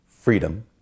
freedom